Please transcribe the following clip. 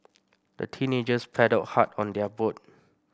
the teenagers paddled hard on their boat